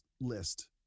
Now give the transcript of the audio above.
list